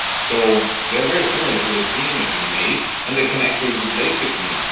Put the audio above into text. so they are very similar to the queen, they can mate, and they can actually replace the queen.